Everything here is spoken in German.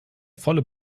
volle